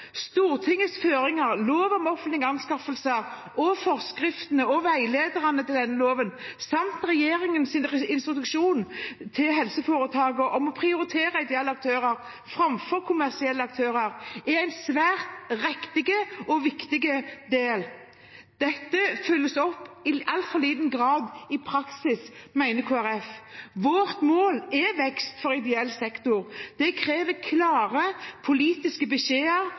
Stortingets føringer, lov om offentlige anskaffelser og forskriftene og veilederne til denne loven, samt regjeringens instruksjon til helseforetakene om å prioritere ideelle aktører framfor kommersielle aktører, er en svært riktig og viktig del. Dette følges i altfor liten grad opp i praksis, mener Kristelig Folkeparti. Vårt mål er vekst for ideell sektor. Det krever klare politiske beskjeder